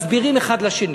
מסבירים אחד לשני.